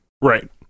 Right